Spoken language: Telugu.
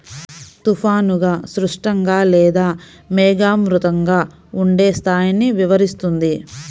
తుఫానుగా, స్పష్టంగా లేదా మేఘావృతంగా ఉండే స్థాయిని వివరిస్తుంది